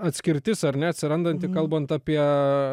atskirtis ar ne atsirandanti kalbant apie